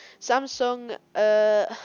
Samsung